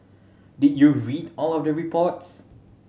did you read all of the reports